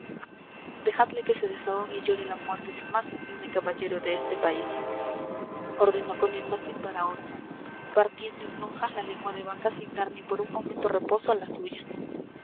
dejadle que se desahogue y llore la muerte del más insigne caballero de este país ordenó con énfasis baraona partiendo en lonjas la lengua de vaca sin dar ni por un momento reposo a la suya